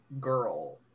girl